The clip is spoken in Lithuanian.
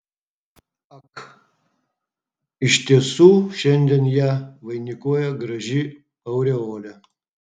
ak iš tiesų šiandien ją vainikuoja graži aureolė